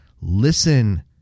listen